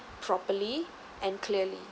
properly and clearly